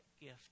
gift